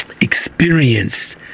experienced